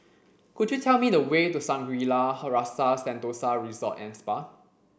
could you tell me the way to Shangri La Rasa Sentosa Resort and Spa